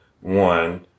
one